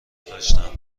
داشتم